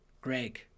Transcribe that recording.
Greg